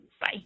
Bye